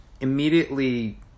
immediately